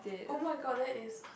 oh-my-god that is